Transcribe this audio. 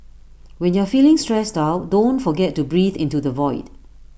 when you are feeling stressed out don't forget to breathe into the void